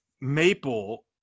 maple